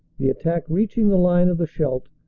the attack reaching the line of the scheidt,